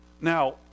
Now